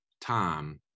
time